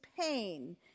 pain